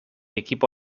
equipo